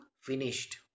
Finished